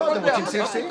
זה לא עובד ככה, סליחה.